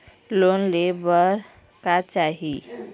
Loan ले बार का चाही?